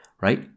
right